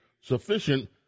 sufficient